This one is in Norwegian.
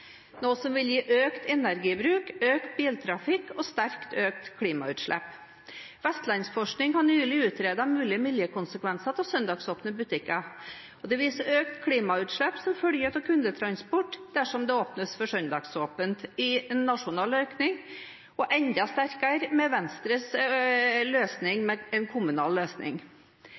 noe som vil gi økt energibruk, økt biltrafikk og sterkt økte klimautslipp. Vestlandsforskning har nylig utredet mulige miljøkonsekvenser av søndagsåpne butikker, og viser at det blir økte klimautslipp som følge av kundetransport dersom det åpnes for søndagsåpent nasjonalt, og enda sterkere økning med Venstres kommunale løsning.